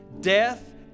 death